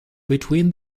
between